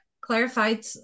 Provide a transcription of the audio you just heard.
clarified